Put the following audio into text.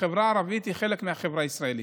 החברה הערבית היא חלק מהחברה הישראלית,